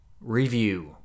Review